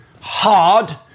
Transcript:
hard